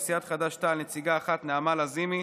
לסיעת חד"ש-תע"ל נציגה אחת: נעמה לזימי,